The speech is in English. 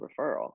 referral